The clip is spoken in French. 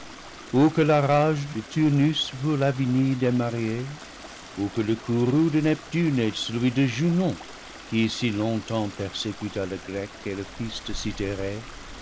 ou que la rage de turnus pour lavinie démariée ou que le courroux de neptune et celui de junon qui si longtemps persécuta le grec et le fils de